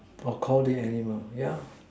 or Call the animal ya